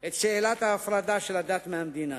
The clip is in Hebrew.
את שאלת ההפרדה של הדת מהמדינה.